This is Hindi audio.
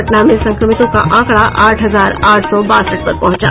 पटना में संक्रमितों का आंकड़ा आठ हजार आठ सौ बासठ पर पहुंचा